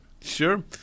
Sure